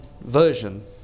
version